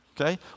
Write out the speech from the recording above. okay